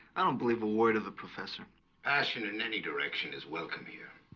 believe a word of the professor passion in any direction is welcome here.